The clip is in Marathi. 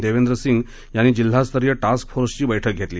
देवेंदर सिंह यांनी जिल्हास्तरीय टास्क फोर्सची बैठक घेतली